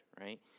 Right